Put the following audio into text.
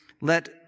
Let